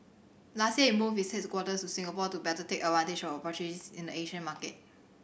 last year it moved its headquarters to Singapore to better take of in the Asian market